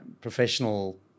professional